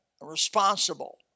responsible